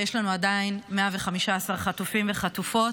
ויש לנו עדיין 115 חטופים וחטופות.